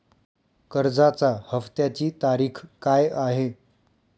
कर्जाचा हफ्त्याची तारीख काय आहे?